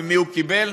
ממי הוא קיבל?